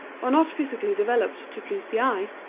or not physically developed to please the eye,